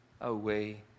away